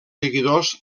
seguidors